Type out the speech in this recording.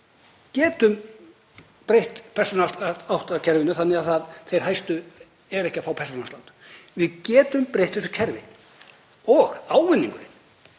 getum breytt persónuafsláttakerfinu þannig að þeir hæstu væru ekki að fá persónuafslátt. Við getum breytt þessu kerfi og ávinningurinn